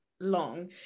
long